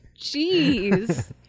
Jeez